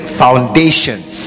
foundations